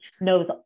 knows